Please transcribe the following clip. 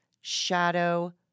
shadow